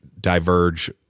diverge